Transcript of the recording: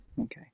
Okay